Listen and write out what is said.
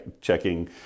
checking